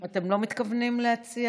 אתם לא מתכוונים להציע?